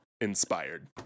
inspired